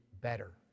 better